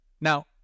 Now